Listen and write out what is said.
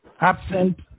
absent